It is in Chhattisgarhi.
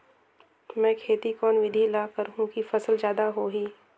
मै खेती कोन बिधी ल करहु कि फसल जादा होही